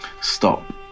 stop